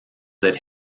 that